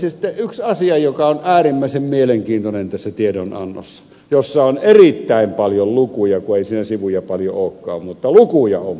sitten yksi asia joka on äärimmäisen mielenkiintoinen tässä tiedonannossa jossa on erittäin paljon lukuja kun ei siinä sivuja paljon olekaan mutta lukuja on paljon